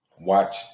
watch